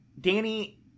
Danny